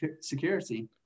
security